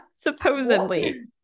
supposedly